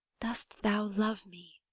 dost thou love me,